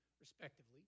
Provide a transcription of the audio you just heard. respectively